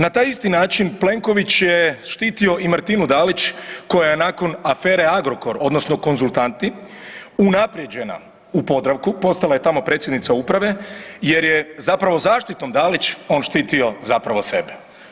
Na taj isti način Plenković je štitio i Martinu Dalić koja je nakon afere Agrokor odnosno Konzultanti, unaprijeđena u Podravku, postala je tamo predsjednica Uprave jer je zapravo zaštitom Dalić on štitio zapravo sebe.